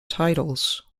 titles